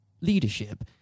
leadership